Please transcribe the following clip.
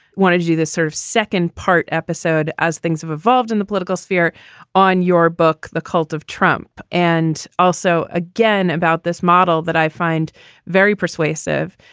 why did you do this sort of second part episode? as things have evolved in the political sphere on your book, the cult of trump, and also again about this model that i find very persuasive.